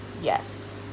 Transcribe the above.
yes